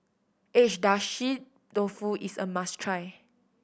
Agedashi Dofu is a must try